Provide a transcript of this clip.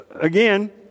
Again